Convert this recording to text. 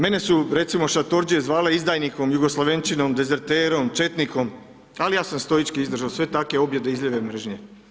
Mene su recimo šatorđije zvale izdajnikom, jugoslavenčinom, dezerterom, četnikom ali ja sam stoički izdržo sve takve objede, izljeve mržnje.